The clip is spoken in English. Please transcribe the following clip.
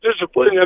discipline